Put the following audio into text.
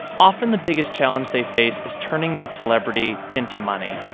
often, the biggest challenge they face is turning that celebrity into money.